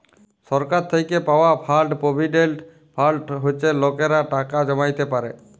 সরকার থ্যাইকে পাউয়া fund provident fund হছে লকেরা টাকা জ্যমাইতে পারে